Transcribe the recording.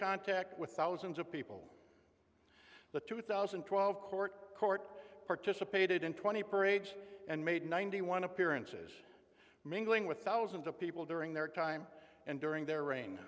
contact with thousands of people the two thousand and twelve court court participated in twenty parades and made ninety one appearances mingling with thousands of people during their time and during their r